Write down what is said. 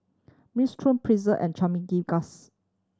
Minestrone Pretzel and